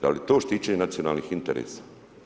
Da li je to štićenje nacionalnih interesa.